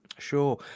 Sure